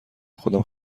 خودم